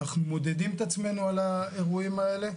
אנחנו מודדים את עצמנו על האירועים האלה,